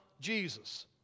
Jesus